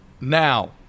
now